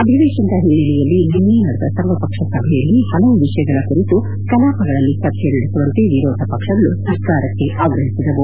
ಅಧಿವೇಶನದ ಹಿನ್ನೆಲೆಯಲ್ಲಿ ನಿನ್ನೆ ನಡೆದ ಸರ್ವಪಕ್ಷ ಸಭೆಯಲ್ಲಿ ಹಲವು ವಿಷಯಗಳ ಕುರಿತು ಕಲಾವಗಳಲ್ಲಿ ಚರ್ಚೆ ನಡೆಸುವಂತೆ ವಿರೋಧ ಪಕ್ಷಗಳು ಸರ್ಕಾರಕ್ಕೆ ಆಗ್ರಹವಡಿಸಿದವು